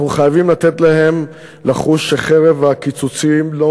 אנחנו חייבים לתת להם לחוש שחרב הקיצוצים לא